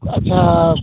ଆଚ୍ଛା